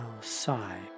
sigh